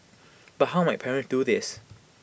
but how might parents do this